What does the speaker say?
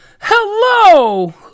hello